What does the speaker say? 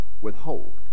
withhold